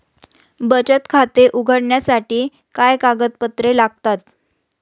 बचत खाते उघडण्यासाठी काय कागदपत्रे लागतात?